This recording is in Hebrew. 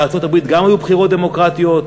בארצות-הברית גם היו בחירות דמוקרטיות,